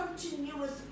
continuous